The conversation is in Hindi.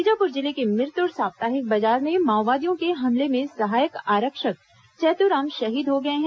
बीजापुर जिले के मिरतुर साप्ताहिक बाजार में माओवादियों के हमले में सहायक आरक्षक चैतुराम शहीद हो गए हैं